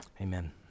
Amen